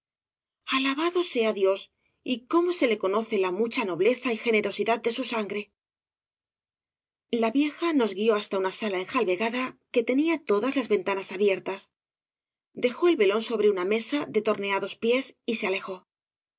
alabado sea dios y cómo se le conoce la mucha nobleza y generosidad de su sangre la vieja nos guió hasta una sala enjalbegada que tenía todas las ventanas abiertas dejó el velón sobre una mesa de torneados pies y se alejó